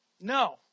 No